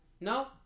No